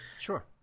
Sure